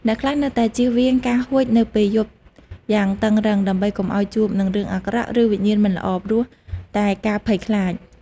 អ្នកខ្លះនៅតែជៀសវាងការហួចនៅពេលយប់យ៉ាងតឹងរ៉ឹងដើម្បីកុំឲ្យជួបនឹងរឿងអាក្រក់ ឬវិញ្ញាណមិនល្អ ព្រោះតែការភ័យខ្លាច។